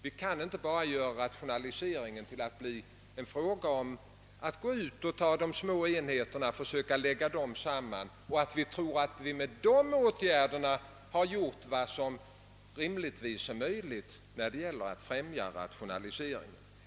Vi kan inte göra rationaliseringen till en fråga om att endast försöka lägga samman små enheter och tro att vi därmed har gjort vad som är möjligt att göra för att främja rationaliseringen.